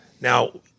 Now